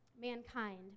mankind